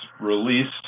released